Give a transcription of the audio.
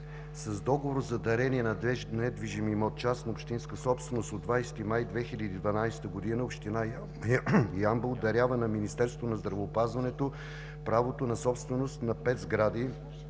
„С Договор за дарение на недвижим имот частна общинска собственост от 20 май 2012 г. Община Ямбол дарява на Министерството на здравеопазването правото на собственост на пет сгради,